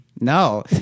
No